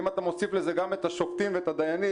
אם אתה מוסיף לזה גם את השופטים ואת הדיינים,